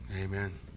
Amen